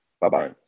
Bye-bye